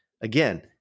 again